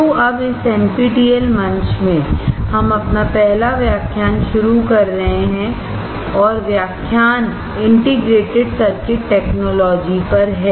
तो अब इस एनपीटीईएल मंच में हम अपना पहला व्याख्यान शुरू कर रहे हैं और व्याख्यान इंटीग्रेटेड सर्किट टेक्नोलॉजी पर है